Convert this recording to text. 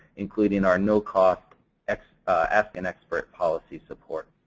including our no-cost ask-an-expert policy support.